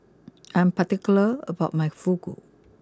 I'm particular about my Fugu